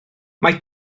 mae